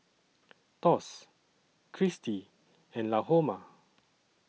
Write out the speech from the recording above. Thos Cristi and Lahoma